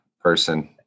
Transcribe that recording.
person